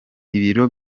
ibiro